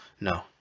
no